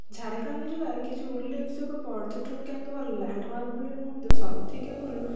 ঝাড়গ্রাম জেলার কিছু উল্লেখযোগ্য পর্যটন কেন্দ্র বা ল্যান্ডমার্কগুলির মধ্যে সব থেকে হলো